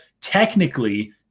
technically